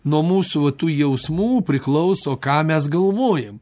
nuo mūsų va tų jausmų priklauso ką mes galvojam